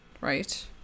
Right